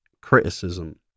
criticism